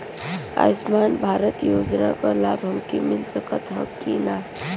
आयुष्मान भारत योजना क लाभ हमके मिल सकत ह कि ना?